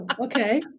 Okay